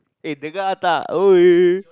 eh that guy atta !oi!